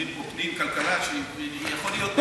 אומרים פה פנים, כלכלה, יכול להיות, פנים.